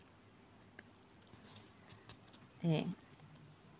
okay